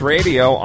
Radio